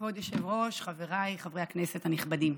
כבוד היושב-ראש, חבריי חברי הכנסת הנכבדים,